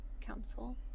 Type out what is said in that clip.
Council